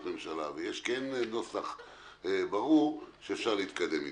ממשלה וכן יש נוסח ברור שאפשר להתקדם אתו?